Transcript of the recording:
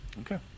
Okay